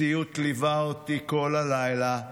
הסיוט ליווה אותי כל הלילה.